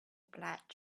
black